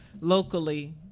locally